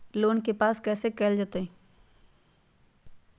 Loan के वापस कैसे कैल जतय?